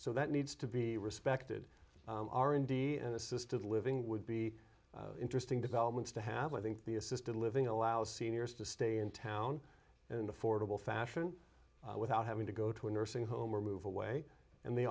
so that needs to be respected our indian assisted living would be interesting developments to have i think the assisted living allows seniors to stay in town and affordable fashion without having to go to a nursing home or move away and they